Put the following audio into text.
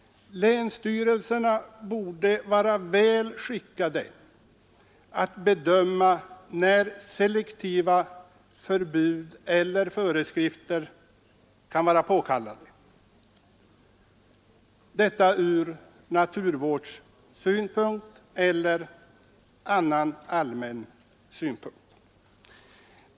Länsstyrelserna borde vara väl skickade att bedöma när selektiva förbud eller föreskrifter kan vara påkallade ur naturvårdssynpunkt eller annan allmän synpunkt.